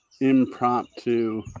impromptu